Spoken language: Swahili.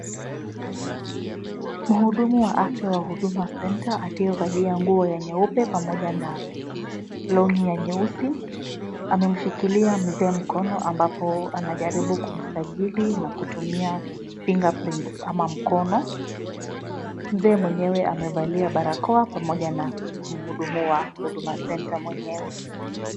Mhudumu wa afya wa huduma centre aliyevalia nguo ya nyeupe pamoja na long'i ya nyeusi amemshikilia mzee mkono ambapo anajaribu kumsajili na kutumia fingerprints ama mkono. Mzee mwenyewe amevalia barakoa pamoja na mhudumu wa huduma centre mwenyewe.